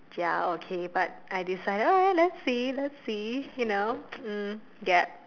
ya okay but I decided alright let's see let's see you know mm gap